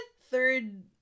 third